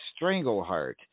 Strangleheart